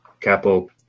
Capo